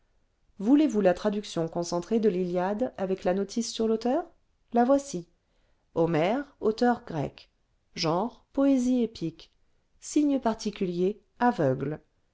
voulez-vous la traduction concentrée de vlliade avec la notice sur l'auteur la voici homère auteur grec genre poésie épique signe particulier aveugle